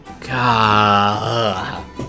God